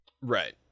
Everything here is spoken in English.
right